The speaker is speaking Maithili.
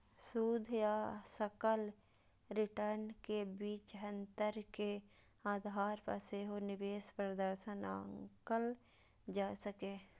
शुद्ध आ सकल रिटर्न के बीच अंतर के आधार पर सेहो निवेश प्रदर्शन आंकल जा सकैए